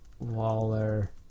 waller